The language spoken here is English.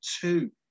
two